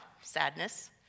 sadness